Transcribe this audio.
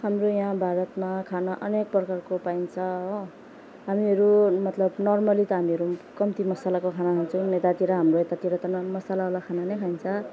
हाम्रो यहाँ भारतमा खाना अनेक प्रकारको पाइन्छ हो हामीहरू मतलब नर्मली त हामीहरू कम्ती मसलाको खाना खान्छौँ यतातिर हाम्रो यतातिर त नन मसलावाला खाना नै खाइन्छ